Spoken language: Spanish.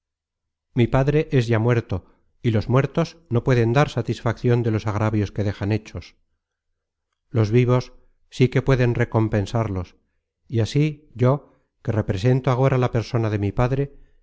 mi padre es ya muerto y los muertos no pueden dar satisfaccion de los agravios que dejan hechos los vivos sí que pueden recompensarlos y así yo que represento agora la persona de mi padre